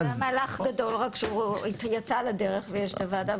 זה מהלך גדול והוא יצא לדרך ויש את הוועדה,